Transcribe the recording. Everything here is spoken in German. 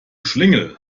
schlingel